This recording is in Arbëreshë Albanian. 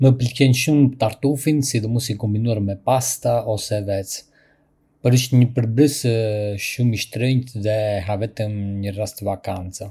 Më pëlqen shumë tartufi, sidomos i kombinuar me pasta ose vezë, por është një përbërës shumë i shtrenjtë dhe e ha vetëm në raste të veçanta.